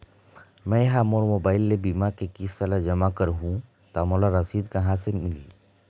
मैं हा मोर मोबाइल ले बीमा के किस्त ला जमा कर हु ता मोला रसीद कहां ले मिल ही?